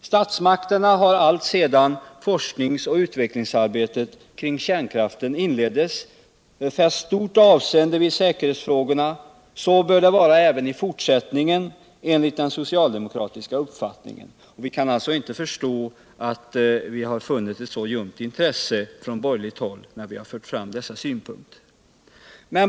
Statsmakterna har alltsedan forsknings och utvecklingsarbetet kring kärnkraften inleddes fäst stort avseende vid säkerhetsfrågorna. Så bör det vara även i fortsättningen, enligt den socialdemokratiska uppfattningen. Vi kan alltså inte förstå att man har visat ett så ljumt intresse från borgerligt håll när vi har fört fram dessa synpunkter.